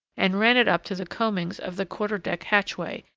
and ran it up to the combings of the quarter-deck hatchway,